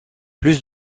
plus